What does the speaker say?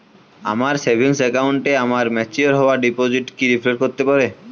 আমার সেভিংস অ্যাকাউন্টে আমার ম্যাচিওর হওয়া ডিপোজিট কি রিফ্লেক্ট করতে পারে?